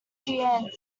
jeanne